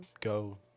go